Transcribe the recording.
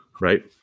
right